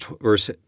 verse